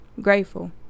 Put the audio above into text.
grateful